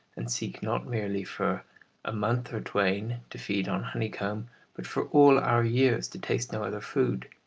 and seek not merely for a month or twain to feed on honeycomb but for all our years to taste no other food,